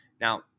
Now